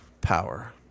power